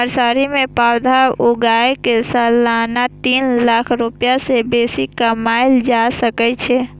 nursery मे पौधा उगाय कें सालाना तीन लाख रुपैया सं बेसी कमाएल जा सकै छै